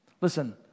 Listen